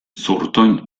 zurtoin